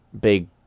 big